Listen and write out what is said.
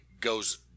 goes